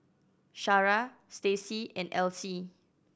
Shara Stacie and Alcee